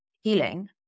healing